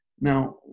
Now